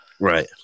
Right